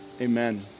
Amen